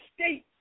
state